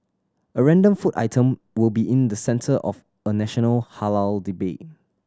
a random food item will be in the centre of a national halal debate